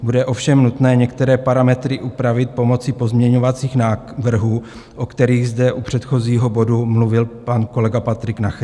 Bude ovšem nutné některé parametry upravit pomocí pozměňovacích návrhů, o kterých zde u předchozího bodu mluvil pan kolega Patrik Nacher.